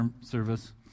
service